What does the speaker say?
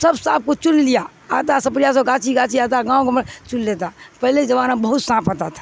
سب سانپ کو چون لیا آتا سپیرا سو گاچھی گاچھی آتا گاؤں چن لیتا پہلے زمانہ میں بہت سانپ آتا تھا